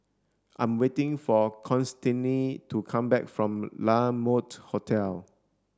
I'm waiting for Constantine to come back from La Mode Hotel